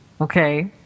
okay